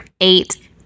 eight